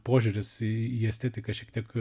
požiūris į į estetiką šiek tiek